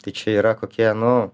tai čia yra kokie nu